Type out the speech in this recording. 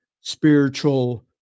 spiritual